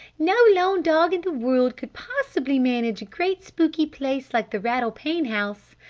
no lone dog in the world could possibly manage a great spooky place like the rattle-pane house.